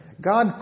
God